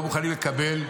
לא מוכנים לקבל,